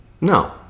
No